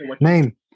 name